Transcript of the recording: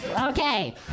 Okay